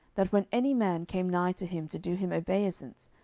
that when any man came nigh to him to do him obeisance,